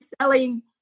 selling